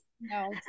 No